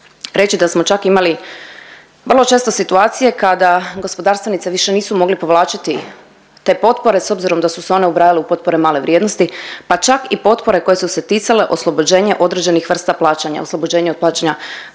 reći da smo čak imali vrlo često situacije kada gospodarstvenici više nisu mogli povlačiti te potpore s obzirom da su se one ubrajale u potpore male vrijednosti, pa čak i potpore koje su se ticale oslobođenja određenih vrsta plaćanja, oslobođenje od plaćanja poreza